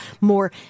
more